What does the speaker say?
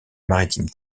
maritime